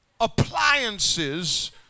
appliances